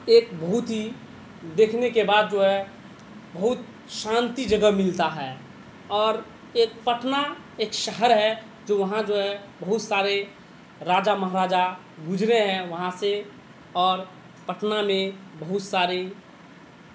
ایک بہت ہی دیکھنے کے بعد جو ہے بہت شانتی جگہ ملتا ہے اور ایک پٹنہ ایک شہر ہے جو وہاں جو ہے بہت سارے راجا مہاراجا گزرے ہیں وہاں سے اور پٹنہ میں بہت سارے